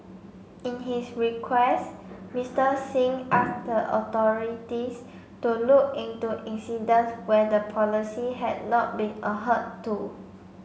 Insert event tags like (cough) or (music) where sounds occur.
in his request Mister Singh asked the authorities to look into incidents where the policy had not been (unintelligible) to